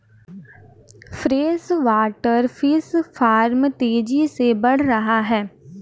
freshwater fish farm तेजी से बढ़ रहा है